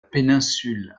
péninsule